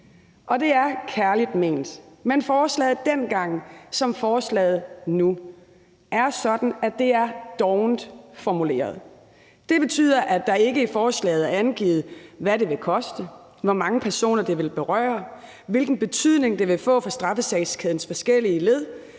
og det er kærligt ment, men forslaget dengang var, som forslaget her er nu, nemlig sådan dovent formuleret. Det betyder, at der ikke i forslaget er angivet, hvad det vil koste, hvor mange personer det vil berøre, hvilken betydning det vil få for straffesagskædens forskellige led.